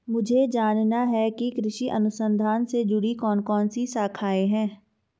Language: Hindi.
मुझे जानना है कि कृषि अनुसंधान से जुड़ी कौन कौन सी शाखाएं हैं?